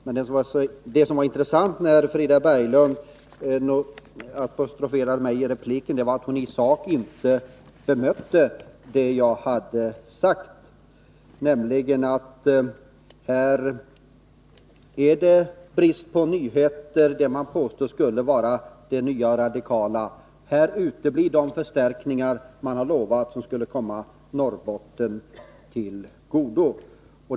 Men det som var intressant när Frida Berglund apostroferade mig i repliken var att hon i sak inte bemötte det jag hade sagt, nämligen att det man påstår skulle vara det ”nya” och ”radikala” helt enkelt är brist på nyheter. Här uteblir de förstärkningar som man har lovat skulle komma Norrbotten till godo.